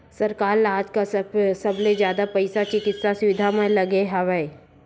सरकार ल आजकाल सबले जादा पइसा चिकित्सा सुबिधा म लगे हवय